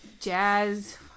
jazz